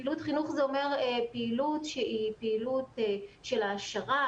פעילות חינוך זה אומר פעילות שהיא פעילות של העשרה,